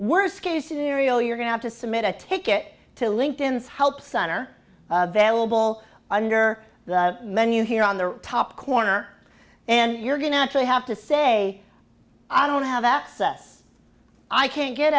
worst case scenario you're going to submit a ticket to linked in's help center vailable under the menu here on the top corner and you're going to actually have to say i don't have access i can't get